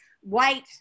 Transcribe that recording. white